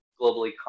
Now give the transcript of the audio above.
globally